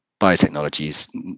biotechnologies